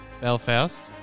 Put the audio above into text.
Belfast